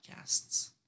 podcasts